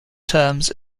terms